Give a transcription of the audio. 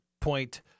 point